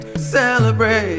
celebrate